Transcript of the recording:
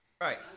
Right